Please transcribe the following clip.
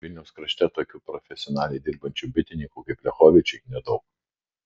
vilniaus krašte tokių profesionaliai dirbančių bitininkų kaip liachovičiai nedaug